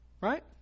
Right